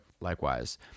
Likewise